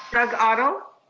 doug otto.